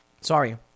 Sorry